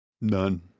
none